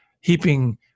heaping